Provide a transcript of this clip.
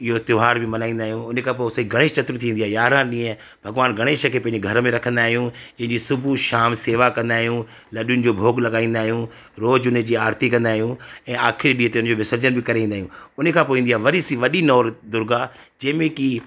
इहो त्योहारु बि मल्हाईंदा आहियूं उन खां पोइ गणेश चतुर्थी ईंदी आहे यारहां ॾींहं भॻवान गणेश खे पंहिंजे घर में रखंदा आहियूं जंहिंजी सुबुह शाम सेवा कंदा आहियूं लॾुनि जो भोॻु लॻाईंदा आहियूं रोज़ु उन जी आरती कंदा आहियूं ऐं आख़िरी ॾींहं ते उन जो विसर्जन बि कंदा आहियूं उन खां पोइ ईंदी आहे वॾी से वॾी नव दुर्गा जंहिं में की